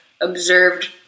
observed